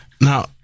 Now